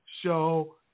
Show